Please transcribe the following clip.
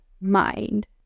mind